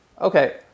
Okay